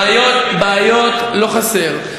בעיות לא חסר.